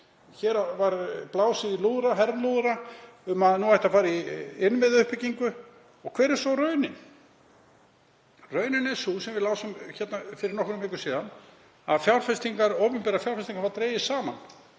Hér var blásið í herlúðra um að nú ætti að fara í innviðauppbyggingu. Og hver er svo raunin? Raunin er sú, sem við lásum fyrir nokkrum vikum síðan, að opinberar fjárfestingar hafa dregist saman